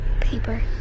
paper